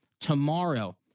Tomorrow